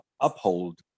uphold